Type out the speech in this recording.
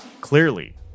Clearly